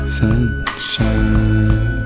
sunshine